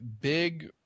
Big